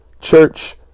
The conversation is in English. church